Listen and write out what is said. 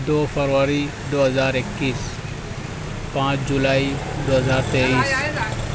دو فروری دو ہزار اکیس پانچ جولائی دو ہزار تیئس